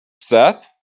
Seth